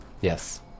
Yes